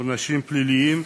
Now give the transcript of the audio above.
עונשים פליליים,